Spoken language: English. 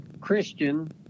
Christian